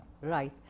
Right